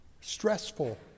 Stressful